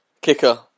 Kicker